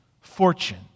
fortune